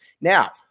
Now